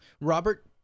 Robert